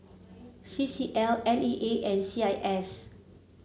C C L N E A and C I S